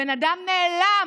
הבן אדם נעלם.